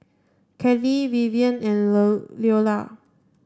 Kelli Vivian and Leola